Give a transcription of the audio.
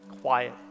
quiet